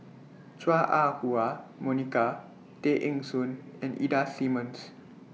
Chua Ah Huwa Monica Tay Eng Soon and Ida Simmons